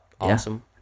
awesome